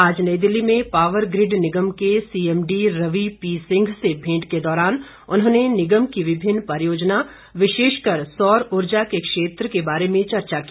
आज नई दिल्ली में पावर ग्रिड निगम के सीएमडी रवि पी सिंह से भेंट के दौरान उन्होंने निगम की विभिन्न परियोजना विशेषकर सौर ऊर्जा क्षेत्र के बारे में चर्चा की